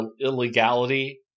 illegality